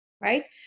right